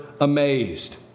amazed